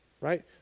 right